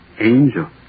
Angel